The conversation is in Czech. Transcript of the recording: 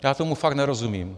Já tomu fakt nerozumím.